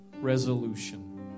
resolution